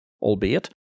albeit